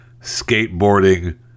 skateboarding